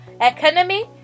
economy